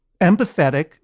empathetic